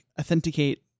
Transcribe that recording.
authenticate